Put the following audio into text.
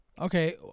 okay